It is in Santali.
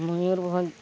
ᱢᱚᱭᱩᱨᱵᱷᱚᱸᱡᱽ